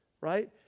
right